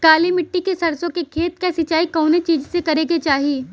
काली मिट्टी के सरसों के खेत क सिंचाई कवने चीज़से करेके चाही?